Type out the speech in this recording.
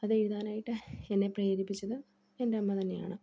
അത് എഴുതാനായിട്ട് എന്നെ പ്രേരിപ്പിച്ചത് എൻ്റെ അമ്മ തന്നെയാണ്